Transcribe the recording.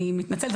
אני מתנצלת,